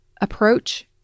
approach